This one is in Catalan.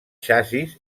xassís